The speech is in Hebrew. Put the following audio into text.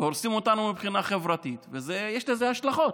שהורסים אותנו מבחינה חברתית, ויש לזה השלכות.